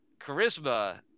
charisma